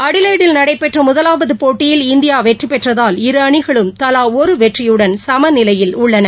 அடிலெய்டில் நடைபெற்ற முதலாவது போட்டியில் இந்தியா வெற்றிபெற்றதால் இரு அணிகளும் தலா ஒரு வெற்றியுடன் சமநிலையில் உள்ளன